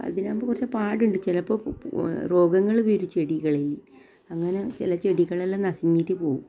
അതിനാകുമ്പോൾ കുറച്ച് പാടുണ്ട് ചിലപ്പോൾ രോഗങ്ങൾ വരും ചെടികളിൽ അങ്ങനെ ചില ചെടികളെല്ലാം നശിനീട്ട് പോവും